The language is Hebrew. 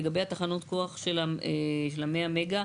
לגבי התחנות כוח של ה-100 מגה.